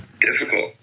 difficult